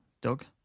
Doug